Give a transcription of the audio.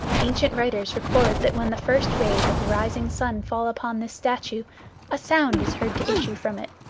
ancient writers record that when the first rays of the rising sun fall upon this statue a sound is heard to issue from it,